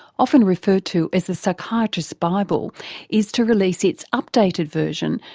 often referred to as the psychiatrist's bible is to release its updated version,